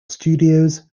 studios